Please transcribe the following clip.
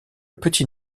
petit